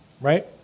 Right